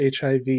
HIV